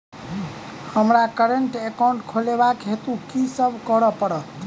हमरा current account खोलेवाक हेतु की सब करऽ पड़त?